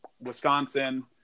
Wisconsin